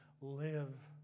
Live